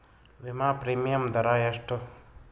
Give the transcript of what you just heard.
ವಿಮಾ ಪ್ರೀಮಿಯಮ್ ದರಾ ಎಷ್ಟು?